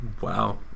Wow